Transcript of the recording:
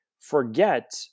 forget